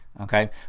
Okay